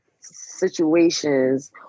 situations